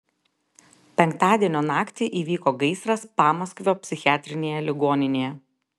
penktadienio naktį įvyko gaisras pamaskvio psichiatrinėje ligoninėje